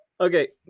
Okay